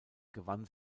gewann